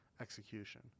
execution